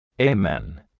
Amen